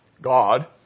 God